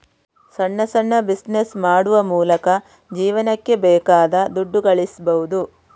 ಸಣ್ಣ ಸಣ್ಣ ಬಿಸಿನೆಸ್ ಮಾಡುವ ಮೂಲಕ ಜೀವನಕ್ಕೆ ಬೇಕಾದ ದುಡ್ಡು ಗಳಿಸ್ಬಹುದು